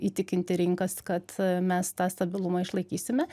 įtikinti rinkas kad a mes tą stabilumą išlaikysime